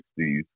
1960s